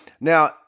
Now